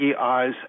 eyes